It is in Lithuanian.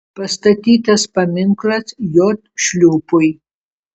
pastatytas paminklas j šliūpui